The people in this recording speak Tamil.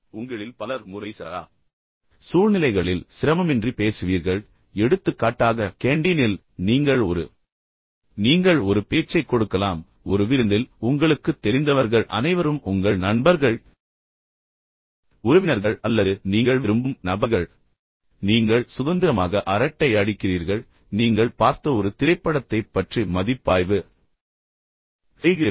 உங்களில் பலர் முறைசாரா சூழ்நிலைகளில் சிரமமின்றி பேசுவீர்கள் எடுத்துக்காட்டாக கேண்டீனில் நீங்கள் ஒரு பேச்சைக் கொடுக்க வேண்டும் என்றால் நீங்கள் ஒரு பேச்சைக் கொடுக்கலாம் ஒரு விருந்தில் உங்களுக்குத் தெரிந்தவர்கள் அனைவரும் உங்கள் நண்பர்கள் உறவினர்கள் அல்லது நீங்கள் விரும்பும் நபர்கள் என்று உங்களுக்குத் தெரியும் பின்னர் நீங்கள் சுதந்திரமாக அரட்டை அடிக்கிறீர்கள் நீங்கள் பார்த்த ஒரு திரைப்படத்தைப் பற்றி மதிப்பாய்வு செய்கிறீர்கள்